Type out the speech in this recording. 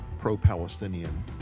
pro-Palestinian